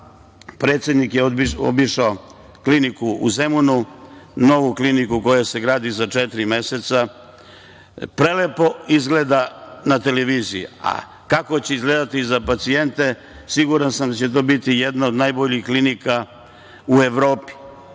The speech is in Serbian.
predsednik je obišao kliniku u Zemunu, novu kliniku koja se gradi za četiri meseca. Prelepo izgleda na televiziji, a kako će izgledati za pacijente, siguran sam da će to biti jedna od najboljih klinika u Evropi.